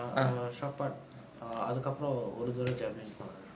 err shot put அதுக்கப்றம் ஒரு தடவ:athukapram oru thadava javelin போன:pona